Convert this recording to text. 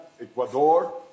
Ecuador